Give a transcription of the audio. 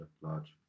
large